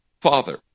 father